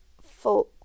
full